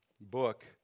book